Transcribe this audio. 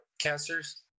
cancers